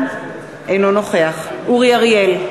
אינו נוכח אורי אריאל,